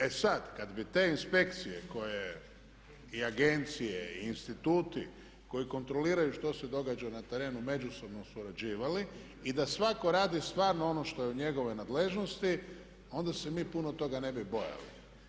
E sada kada bi te inspekcije i agencije i instituti koji kontroliraju što se događa na terenu međusobno surađivali i da svatko radi stvarno ono što je u njegovoj nadležnosti onda se mi puno toga ne bi bojali.